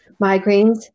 migraines